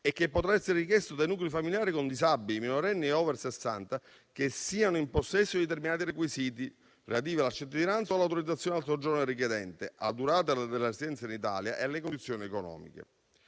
e che potrà essere richiesto dai nuclei familiari con disabili, minorenni e *over* 60 in possesso di determinati requisiti relativi alla cittadinanza o all'autorizzazione al soggiorno del richiedente, alla durata della residenza in Italia e alle condizioni economiche.